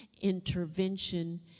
intervention